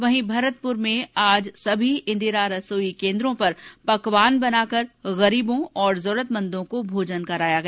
वहीं भरतपुर में आज सभी इंदिरा रसोई केन्द्रों पर पकवान बनवाकर गरीबों और जरूरतमंदों को भोजन कराया गया